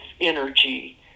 energy